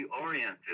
oriented